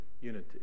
unity